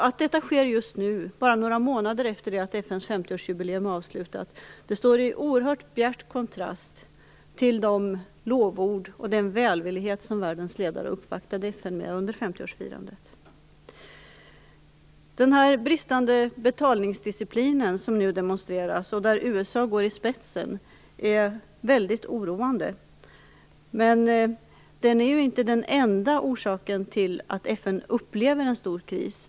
Att detta sker just nu, bara några månader efter det att FN:s 50-årsjubileum avslutats, står i oerhört bjärt kontrast till de lovord och den välvillighet som världens ledare uppvaktade FN med under 50 Den bristande betalningsdiciplin som nu demonstreras, där USA går i spetsen, är väldigt oroande, men den är inte den enda orsaken till att FN upplever en stor kris.